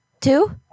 Two